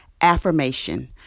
Affirmation